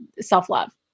self-love